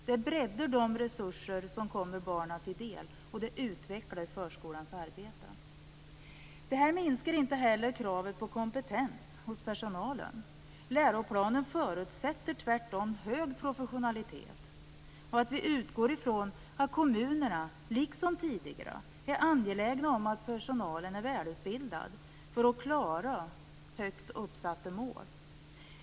Det breddar de resurser som kommer barnen till del, och det utvecklar förskolans arbete. Detta minskar inte heller kravet på kompetens hos personalen. Läroplanen förutsätter tvärtom hög professionalism och att vi utgår från att kommunerna liksom tidigare är angelägna om att personalen är välutbildad för att klara högt uppsatta mål.